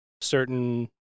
certain